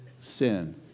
sin